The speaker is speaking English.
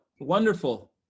wonderful